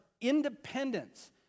independence